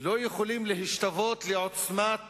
לא יכולים להשתוות לעוצמת